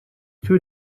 two